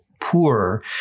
poor